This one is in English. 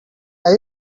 are